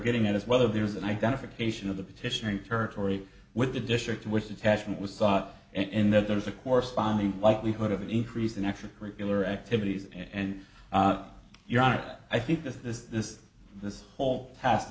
getting at is whether there's an identification of the petitioning territory with the district in which attachment was sought and in that there is a corresponding likelihood of an increase in extracurricular activities and your honor i think this this this this whole past